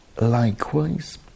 likewise